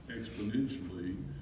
exponentially